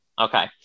Okay